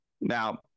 Now